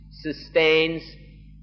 sustains